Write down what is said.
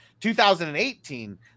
2018